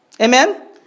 Amen